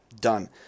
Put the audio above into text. Done